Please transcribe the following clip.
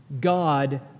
God